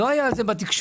לא היה על זה בתקשורת.